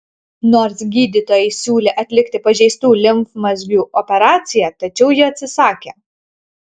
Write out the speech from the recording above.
nors gydytojai siūlė atlikti pažeistų limfmazgių operaciją tačiau ji atsisakė